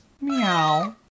Meow